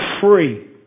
free